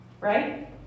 right